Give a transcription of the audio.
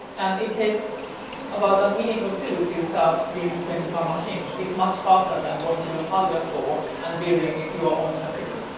and it takes about a minute or two to start these twenty five machines. it's much faster than going to a hardware store and building your own computer.